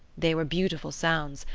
they were beautiful sounds,